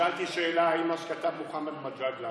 שאלתי שאלה: האם מה שכתב מוחמד מג'אדלה,